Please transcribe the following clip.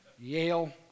Yale